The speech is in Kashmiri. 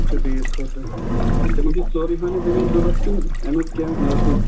اَچھا بیٚیِس خٲطرٕ تِمَن چھےٚ سٲرٕے ہیوٚن یہِ زٔمیٖن ضوٚرَتھ کِنہٕ اَمیُک کیٚنہہ نٮ۪صبٕے